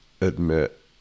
admit